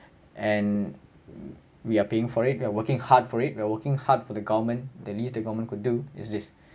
and we are paying for it we are working hard for it we are working hard for the government the least the government could do is this